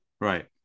Right